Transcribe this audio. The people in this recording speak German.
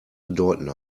bedeuten